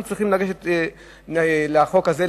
אנחנו צריכים לגשת לחוק הזה,